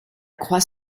croix